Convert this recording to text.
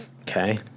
Okay